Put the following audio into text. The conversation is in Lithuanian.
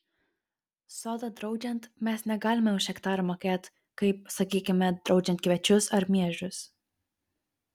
sodą draudžiant mes negalime už hektarą mokėt kaip sakykime draudžiant kviečius ar miežius